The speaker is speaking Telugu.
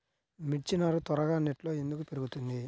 మిర్చి నారు త్వరగా నెట్లో ఎందుకు పెరుగుతుంది?